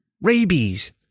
Rabies